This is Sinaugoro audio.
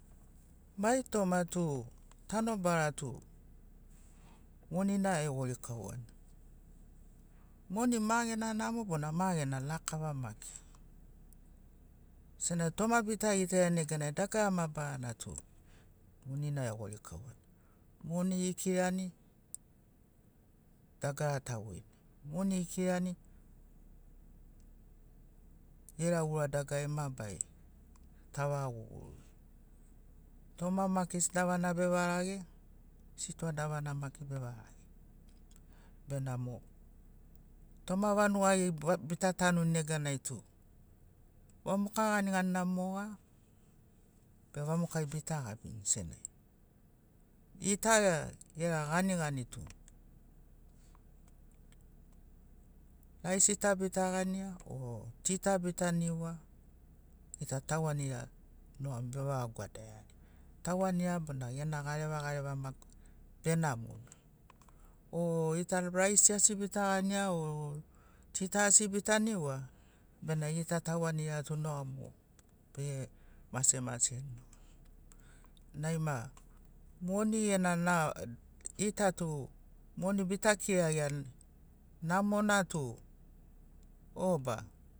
Moni moni moni ini toma magurinai bogitaiani toma moni tu tanobara barauna ma gena namo ma gena lakava gena namo lekenai tu vevaga kava namori eveini eduru namori eveini vanugai botanuni maiga mamina asi bogabi gitakauani senagi goi wans citi nuganai botanuni neganai dagara mabarana mai garo burena gaburenai moni gesi vau goi bogani namoni moni gesi goi botanu namoni moni bekirani dagara bovoini moni bekirani dagara bova gorani dagara mabarana moni gesi vau goi bo veini ini gita nanu ta niuni kavana toma moni ma mogesina moni gena namo gita gera tanobara gena tanu gena mareva na etore lologotoni senagi ma gena lakava maki nega tari